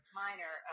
minor